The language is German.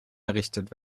errichtet